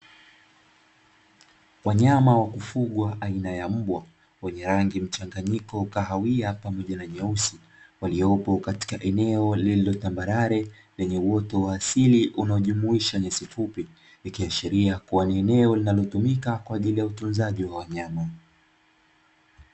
Wanyama wa kufugwa aina ya mbwa, wenye rangi mchanganyiko kahawia pamoja na nyeusi, waliopo katika eneo lililo tambarare lenye uoto wa asili unaojumuisha nyasi fupi, ikiashiria kuwa ni eneo linalotumika kwa ajili ya utunzaji wa wanyama.